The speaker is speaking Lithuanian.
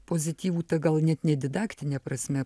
pozityvų gal net ne didaktine prasme